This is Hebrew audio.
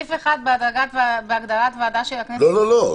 בסעיף 1, בהגדרת "ועדה של הכנסת" --- לא, לא.